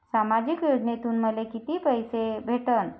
सामाजिक योजनेतून मले कितीक पैसे भेटन?